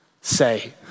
say